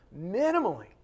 minimally